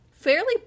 fairly